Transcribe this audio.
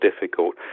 difficult